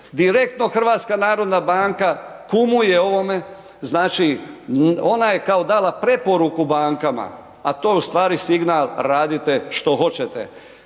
Direktno HNB kumuje ovome, znači ona je kao dala preporuku bankama, a to je u stvari signal radite što hoćete.